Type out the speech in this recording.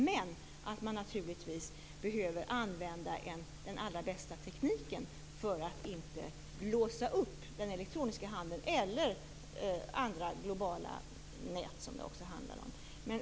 Men de tycker att man naturligtvis behöver använda den allra bästa tekniken för att inte låsa upp den elektroniska handeln eller andra globala nät som det också handlar om.